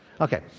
Okay